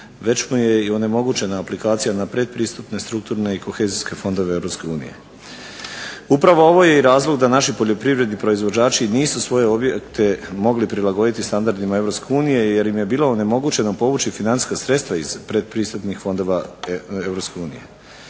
već mu je i onemogućena aplikacija ne pretpristupne, strukturne i kohezijske fondove EU. Upravo ovo je razlog da naši poljoprivredni proizvođači nisu svoje objekte mogli prilagoditi standardima EU jer im je bilo onemogućeno povući financijska sredstva iz pretpristupnih fondova EU.